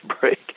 break